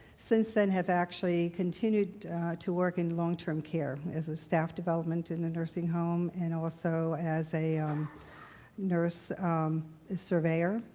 since then, i have actually continued to work in long-term care as a staff development in the nursing home and also as a nurse surveyor.